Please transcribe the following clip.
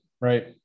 right